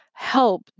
help